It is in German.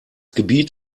gebiet